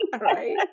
Right